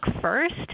first